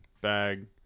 bag